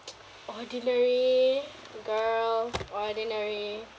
ordinary girl ordinary